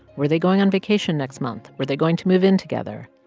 were they going on vacation next month? were they going to move in together?